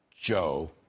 Joe